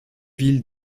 villes